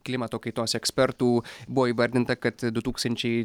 klimato kaitos ekspertų buvo įvardinta kad du tūkstančiai